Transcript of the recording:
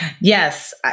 Yes